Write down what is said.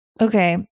Okay